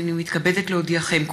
הינני מתכבדת להודיעכם,